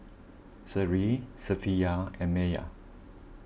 Seri Safiya and Maya